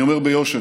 אני אומר ביושר,